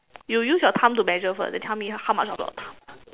you use your thumb to measure first then tell me how much of your thumb